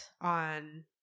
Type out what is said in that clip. on